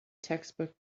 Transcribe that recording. textbook